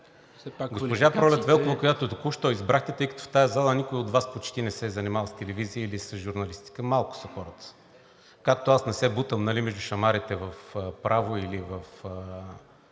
Госпожа Пролет Велкова, която току-що избрахте, тъй като в тази зала никой почти не се е занимавал с телевизия или с журналистика, малко са хората. Както аз не се бутам, нали, между шамарите в право или в